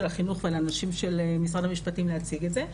החינוך ולאנשים של משרד המשפטים להציג את זה.